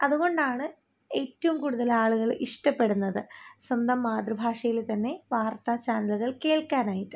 അതു കൊണ്ടാണ് ഏറ്റവും കൂടുതലാളുകൾ ഇഷ്ടപ്പെടുന്നത് സ്വന്തം മാതൃഭാഷയിൽ തന്നെ വാർത്താ ചാനലുകൾ കേൾക്കാനായിട്ട്